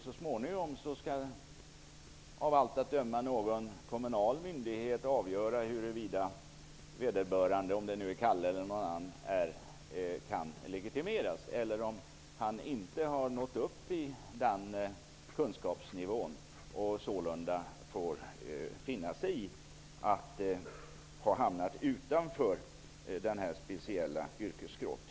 Så småningom skall en kommunal myndighet av allt att döma avgöra huruvida vederbörande -- Kalle eller någon annan -- kan legitimeras. Kanske har vederbörande inte nått upp till erforderlig kunskapsnivå. Sålunda får denna person finna sig i att ha hamnat utanför det här speciella yrkesskrået.